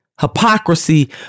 hypocrisy